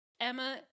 emma